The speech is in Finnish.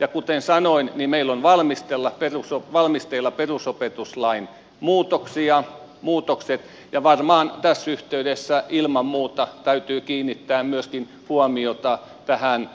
ja kuten sanoin meillä on valmisteilla perusopetuslain muutokset ja tässä yhteydessä ilman muuta täytyy kiinnittää huomiota myöskin tähän